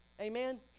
Amen